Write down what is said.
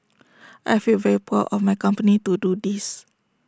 I feel very proud of my company to do this